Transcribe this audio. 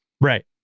Right